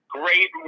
great